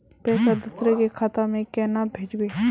पैसा दूसरे के खाता में केना भेजबे?